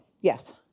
Yes